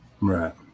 Right